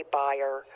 buyer